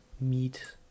meat